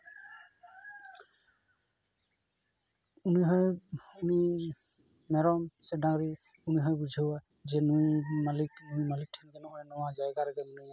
ᱩᱱᱤ ᱦᱚᱸᱭ ᱩᱱᱤ ᱢᱮᱨᱚᱢ ᱥᱮ ᱰᱟᱹᱝᱨᱤ ᱩᱱᱤ ᱦᱚᱸᱭ ᱵᱩᱡᱷᱟᱹᱣᱟ ᱡᱮ ᱱᱩᱭ ᱢᱟᱞᱤᱠ ᱱᱩᱭ ᱢᱟᱞᱤᱠ ᱴᱷᱮᱱ ᱜᱮ ᱱᱚᱜᱚᱭ ᱱᱚᱣᱟ ᱡᱟᱭᱜᱟ ᱨᱮᱜᱮ ᱢᱤᱱᱟᱹᱧᱟ